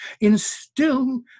instill